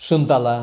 सुन्तला